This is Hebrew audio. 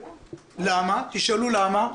תשאלו למה,